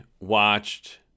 watched